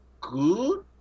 good